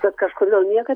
bet kažkodėl niekad